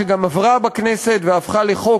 שגם עברה בכנסת והפכה לחוק,